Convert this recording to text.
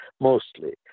mostly